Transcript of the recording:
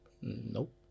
Nope